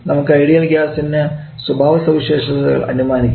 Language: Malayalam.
നമുക്ക് ഐഡിയൽ ഗ്യാസിന് സ്വഭാവസവിശേഷതകൾ അനുമാനിക്കാം